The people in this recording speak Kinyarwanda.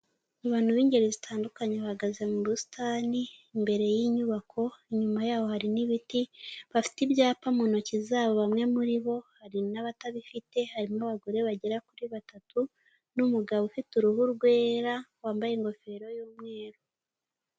Abantu b'ingeri zitandukanye bahagaze mu busitani imbere y'inyubako inyuma yaho hari n'ibiti, bafite ibyapa mu ntoki zabo bamwe muri bo hari n'abatabifite harimo abagore bagera kuri batatu, n'umugabo ufite uruhu rwera wambaye ingofero y'umweru.